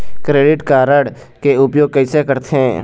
Credit card के उपयोग कैसे करथे?